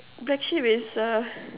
black sheep is uh